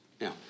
Now